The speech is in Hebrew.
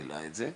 העלה את זה,